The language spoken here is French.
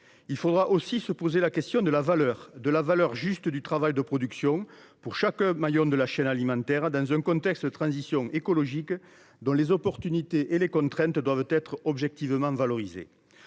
également de se poser la question de la juste valeur du travail de production pour chaque maillon de la chaîne alimentaire dans un contexte de transition écologique dont les opportunités et les contraintes doivent être objectivement valorisées.